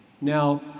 Now